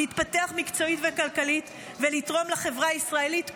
להתפתח מקצועית וכלכלית ולתרום לחברה הישראלית כולה.